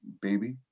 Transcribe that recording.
baby